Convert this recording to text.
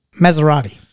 Maserati